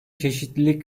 çeşitlilik